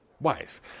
wise –